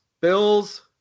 bills